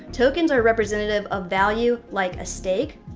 tokens are representative of value like a stake,